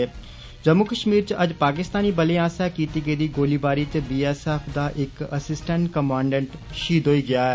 जम्मू कष्मीर च अज्ज पाकिस्तानी बलें आस्सेआ कीती गेदी गोलीबारी च बी एस एफ दा इक असिस्टैंट कमाण्डैंट षहीद होई गेआ ऐ